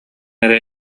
эрэ